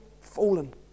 fallen